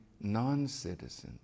non-citizens